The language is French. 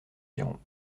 girons